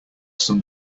some